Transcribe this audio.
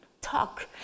talk